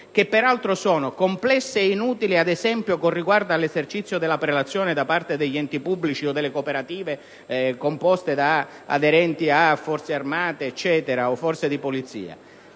peraltro complesse e inutili, ad esempio con riguardo all'esercizio della prelazione da parte degli enti pubblici o delle cooperative composte da aderenti a forze armate o di polizia: